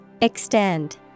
Extend